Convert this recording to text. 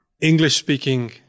English-speaking